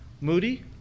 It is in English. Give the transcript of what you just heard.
Moody